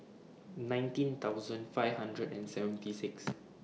nineteen thousand five hundred and seventy six